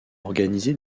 organisé